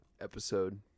episode